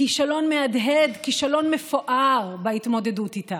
כישלון מהדהד, כישלון מפואר, בהתמודדות איתה.